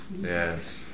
Yes